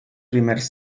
primers